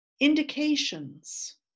indications